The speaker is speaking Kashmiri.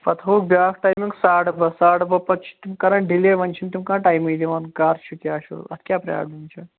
پَتہٕ ہووُکھ بیٛاکھ ٹایِمِنٛگ ساڈٕ باہ ساڈٕ باہ پَتہٕ چھِ تِم کَران ڈِلیے وۅنۍ چھِنہٕ تِم کانٛہہ ٹایِمٕے دِوان کَر چھُ کیٛاہ چھُ اَتھ کیٛاہ پرابلِم چھَ